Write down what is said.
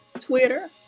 twitter